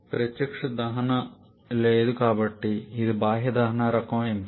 ప్రత్యక్ష దహన లేదు కాబట్టి ఇది బాహ్య దహన రకం ఎంపిక